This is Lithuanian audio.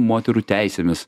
moterų teisėmis